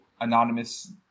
anonymous